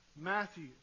Matthew